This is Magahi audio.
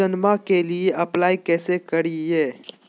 योजनामा के लिए अप्लाई कैसे करिए?